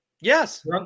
Yes